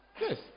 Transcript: Yes